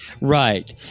Right